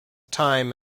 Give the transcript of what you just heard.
time